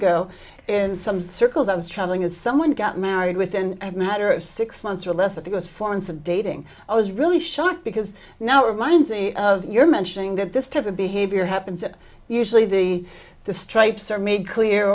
ago in some circles i was traveling is someone got married within a matter of six months or less of those forms of dating i was really shocked because now reminds me of your mentioning that this type of behavior happens usually the the stripes are made clear